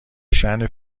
شأن